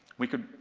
we could,